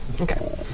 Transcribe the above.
Okay